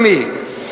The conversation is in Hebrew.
למי?